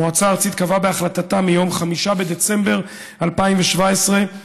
המועצה הארצית קבעה בהחלטתה מיום 5 בדצמבר 2017 שיש